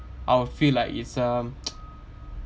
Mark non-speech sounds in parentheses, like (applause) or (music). I'll feel like it's um (noise)